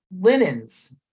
linens